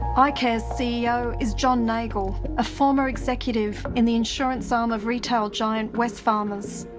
like ah ceo is john nagle, a former executive in the insurance arm of retail giant, wesfarmers.